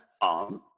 on